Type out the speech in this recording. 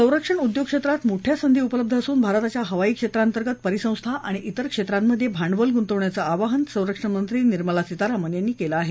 संरक्षण उद्योग क्षेत्रात मोठ्या संधी उपलब्ध असून भारताच्या हवाईक्षेत्रांतर्गत परिसंस्था आणि विर क्षेत्रांमध्ये भांडवल गुंतवण्याचं आवाहन संरक्षणमंत्री निर्मला सीतारामन यांनी केलं आहे